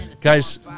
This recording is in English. guys